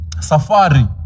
Safari